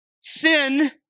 sin